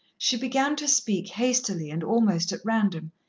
she began to speak hastily and almost at random.